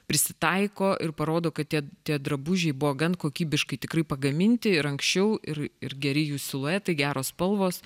prisitaiko ir parodo kad tie tie drabužiai buvo gan kokybiškai tikrai pagaminti ir anksčiau ir ir geri jų siluetai geros spalvos